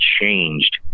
changed